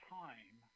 time